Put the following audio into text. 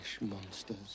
monsters